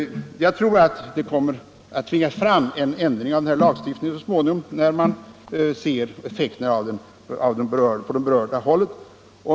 Jag tror att det kommer att tvinga fram en ändring av den här lagen så småningom, när man ser effekten av den på de berörda hållen.